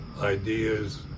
ideas